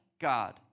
God